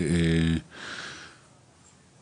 ואנחנו